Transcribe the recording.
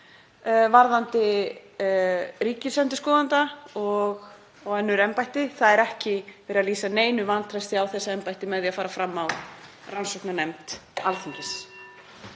varðandi ríkisendurskoðanda og önnur embætti. Það er ekki verið að lýsa neinu vantrausti á þessi embætti með því að fara fram á rannsóknarnefnd Alþingis.